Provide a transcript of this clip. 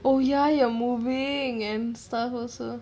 oh ya you're moving and stuff also